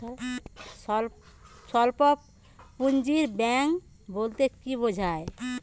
স্বল্প পুঁজির ব্যাঙ্ক বলতে কি বোঝায়?